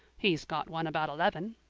he's got one about eleven.